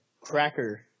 cracker